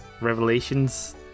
revelations